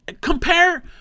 Compare